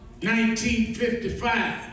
1955